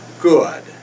good